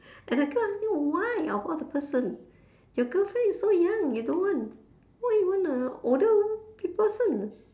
and I can't understand why of all the person your girlfriend is so young you don't want why you want a older one big person